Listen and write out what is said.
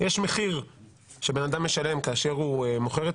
יש מחיר שבן אדם משלם כאשר הוא מוכר את